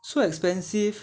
so expensive